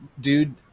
dude